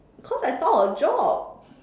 because I found a job